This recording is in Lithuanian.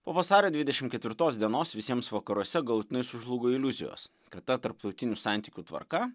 po vasario dvidešim ketvirtos dienos visiems vakaruose galutinai sužlugo iliuzijos kad ta tarptautinių santykių tvarka